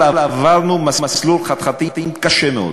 אבל עברנו מסלול חתחתים קשה מאוד.